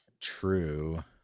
true